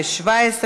התשע"ז 2017?